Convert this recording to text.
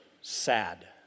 sad